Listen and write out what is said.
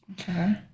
Okay